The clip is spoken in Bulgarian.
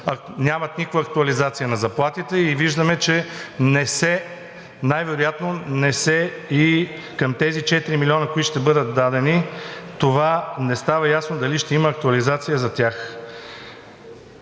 нямат никаква актуализация на заплатите и виждаме, че най вероятно не са и към тези 4 милиона, които ще бъдат дадени, и не става ясно дали ще има актуализация за тях.